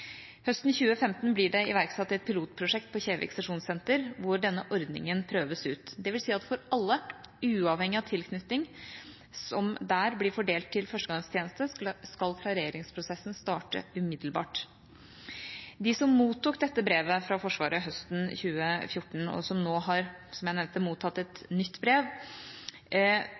Høsten 2015 blir det iverksatt et pilotprosjekt på sesjonssenteret på Kjevik, hvor denne ordninga prøves ut. Det vil si at for alle – uavhengig av tilknytning – som blir fordelt til førstegangstjeneste, skal klareringsprosessen starte umiddelbart. Av dem som mottok dette brevet fra Forsvaret høsten 2014, som nå har – som jeg nevnte – mottatt